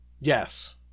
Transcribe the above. yes